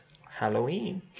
Halloween